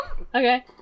Okay